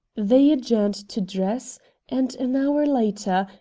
they adjourned to dress and an hour later,